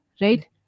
right